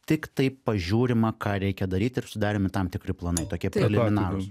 tiktai pažiūrima ką reikia daryti ir sudaromi tam tikri planai tokie preliminarūs